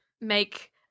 make